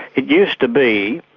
it used to be,